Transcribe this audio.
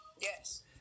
yes